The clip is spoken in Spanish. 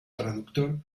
traductor